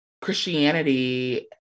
Christianity